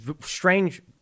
strange